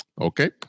Okay